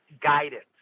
guidance